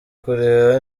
kureba